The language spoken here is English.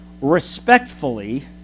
respectfully